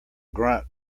grunt